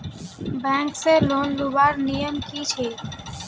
Bank से loan लुबार नियम की छे?